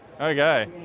Okay